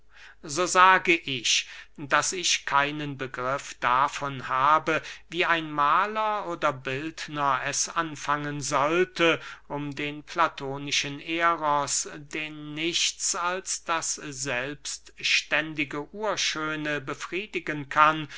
so sage ich daß ich keinen begriff davon habe wie ein mahler oder bildner es anfangen sollte um den platonischen eros den nichts als das selbstständige urschöne befriedigen kann